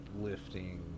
lifting